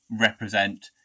represent